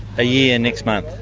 a year next month,